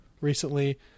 recently